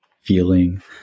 feeling